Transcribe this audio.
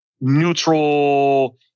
neutral